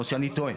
או שאני טועה?